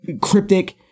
cryptic